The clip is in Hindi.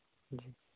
जी